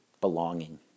belonging